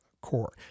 core